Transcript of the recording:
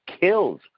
kills